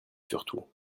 surtout